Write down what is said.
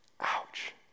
Ouch